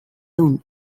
ehun